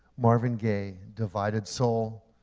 marvin gaye, divided soul,